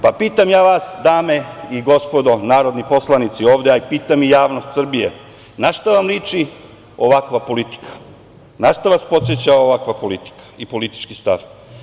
Pa, pitam ja vas, dame i gospodo narodni poslanici ovde, a pitam i javnost Srbije, na šta vam liči ovakva politika, na šta vas podseća ovakva politika i politički stav?